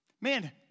man